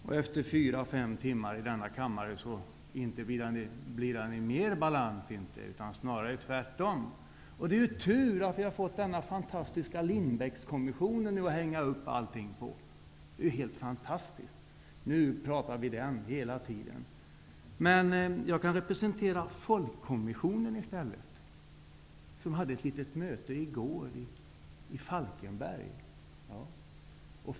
Den blir inte mer i balans efter fyra, fem timmar i denna kammare, utan snarare tvärtom. Det är tur att vi har fått denna fantastiska Lindbeckkommission att hänga upp allting på. Det är helt fantastiskt! Nu talar vi om den hela tiden. Men jag kan i stället representera Folkkommissionen, som hade ett litet möte i går i Falkenberg.